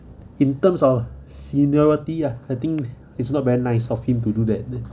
in terms of seniority ah I think it's not very nice of him to do that